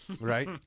Right